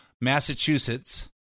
Massachusetts